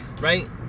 Right